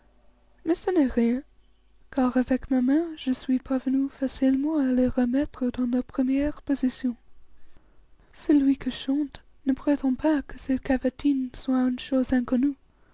mais ce n'est rien car avec ma main je suis parvenu facilement à les remettre dans leur première position celui qui chante ne prétend pas que ses cavatines soient une chose inconnue